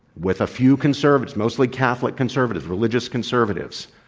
with a few conservatives, mostly catholic conservatives, religious conservatives,